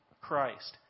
Christ